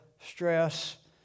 stress